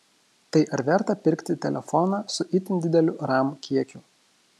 tai ar verta pirkti telefoną su itin dideliu ram kiekiu